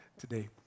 today